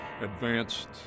advanced